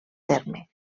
terme